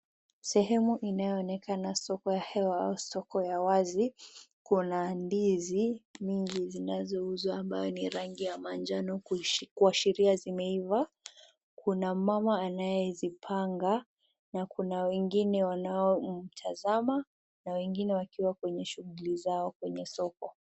Sehemu inayoonekana soko ya hewa au soko ya wazi, kuna ndizi mingi zinazouzwa ambazo ni rangi ya manjano kuishiria zimeiva. Kuna mama anayezipanga na kuna wengine wanaomtazama na wengine wakiwa kwenye shughuli zao kwenye soko.